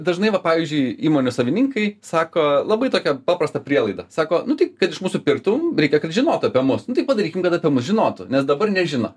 dažnai va pavyzdžiui įmonių savininkai sako labai tokią paprastą prielaidą sako nu tai kad iš mūsų pirktų reikia kad žinotų apie mus nu tai padarykim kad apie mus žinotų nes dabar nežino